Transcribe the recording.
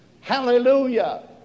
Hallelujah